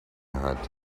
hat